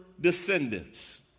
descendants